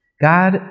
God